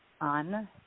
on